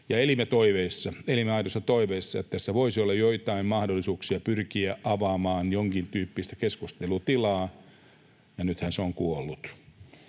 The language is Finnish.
toiveissa, että tässä voisi olla joitain mahdollisuuksia pyrkiä avaamaan jonkintyyppistä keskustelutilaa, ja nythän se on kuollut.